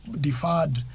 Deferred